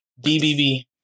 BBB